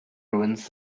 ruins